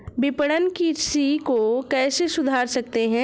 विपणन कृषि को कैसे सुधार सकते हैं?